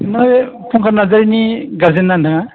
नै फुंखा नार्जारीनि गारजेन ना नोंथाङा